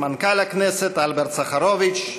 מנכ"ל הכנסת אלברט סחרוביץ,